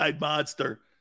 monster